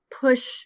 push